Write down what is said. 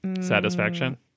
satisfaction